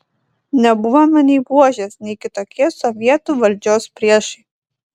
nebuvome nei buožės nei kitokie sovietų valdžios priešai